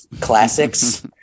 classics